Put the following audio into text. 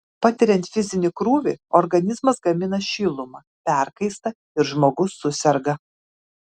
patiriant fizinį krūvį organizmas gamina šilumą perkaista ir žmogus suserga